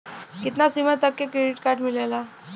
कितना सीमा तक के क्रेडिट कार्ड मिलेला?